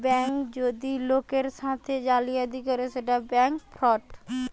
bank যদি লোকের সাথে জালিয়াতি করে সেটা ব্যাঙ্ক ফ্রড